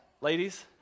Ladies